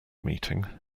meeting